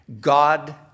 God